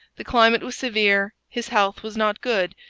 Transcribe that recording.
the climate was severe, his health was not good,